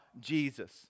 Jesus